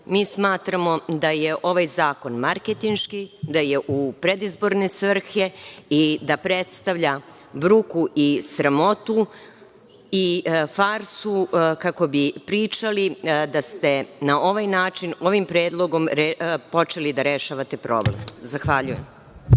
Mi smatramo da je ovaj zakon marketinški, da je u predizborne svrhe i da predstavlja bruku i sramotu i farsu kako bi pričali da ste na ovaj način, ovim predlogom počeli da rešavate problem. Zahvaljujem.